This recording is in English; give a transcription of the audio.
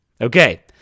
Okay